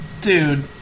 Dude